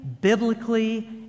biblically